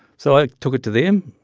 so i took it to them,